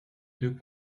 deux